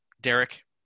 Derek